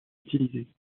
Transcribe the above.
utilisée